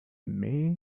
may